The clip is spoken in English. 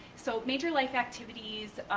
so major life activities,